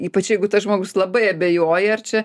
ypač jeigu tas žmogus labai abejoja ar čia